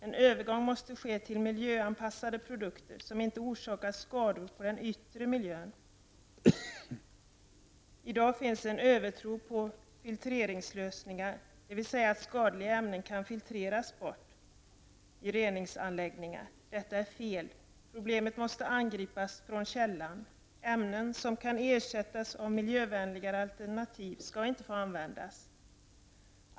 En övergång måste ske till miljöanpassade produkter som inte orsakar skador på den yttre miljön. I dag finns en övertro på filterlösningar, dvs. att skadliga ämnen kan filtreras bort i reningsanläggningar. Detta är fel. Problemen måste angripas från källan. Ämnen som kan ersättas av miljövänligare alternativ skall inte få användas.